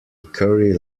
curry